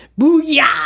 Booyah